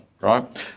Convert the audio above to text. right